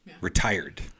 Retired